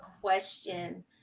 question